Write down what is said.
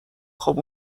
خوب